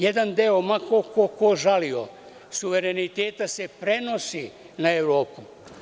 Jedan deo, ma koliko ko žalio, suvereniteta se prenosi na Evropu.